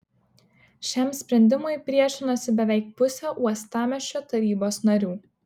šiam sprendimui priešinosi beveik pusė uostamiesčio tarybos narių